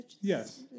yes